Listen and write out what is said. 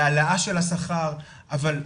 להעלאה של השכר אבל,